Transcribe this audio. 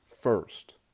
first